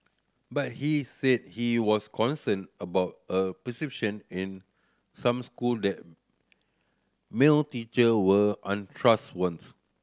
but he said he was concerned about a perception in some school that male teacher were